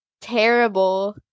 terrible